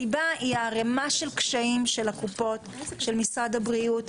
הסיבה היא ערמה של קשיים של הקופות של משרד הבריאות,